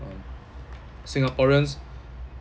um singaporeans